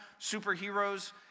superheroes